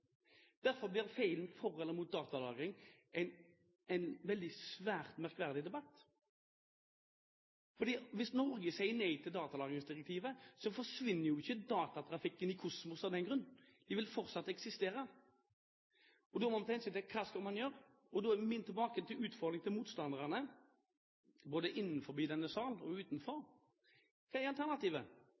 Derfor blir for eller mot datalagring en svært merkverdig debatt. Hvis Norge sier nei til datalagringsdirektivet, forsvinner ikke datatrafikken i kosmos av den grunn. Den vil fortsatt eksistere. Da må man tenke: Hva skal man gjøre? Da er min utfordring tilbake til motstanderne, både innenfor og utenfor denne sal: Hva er alternativet?